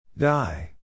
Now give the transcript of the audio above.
Die